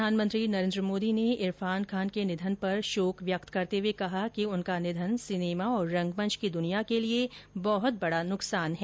प्रधानमंत्री नरेन्द्र मोदी ने इरफान खान के निधन पर शोक व्यक्त करते हुए कहा कि उनका निधन सिनेमा और रंगमंच की दुनिया के लिए बहत बडा नुकसान है